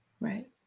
right